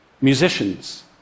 Musicians